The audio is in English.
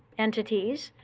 entities.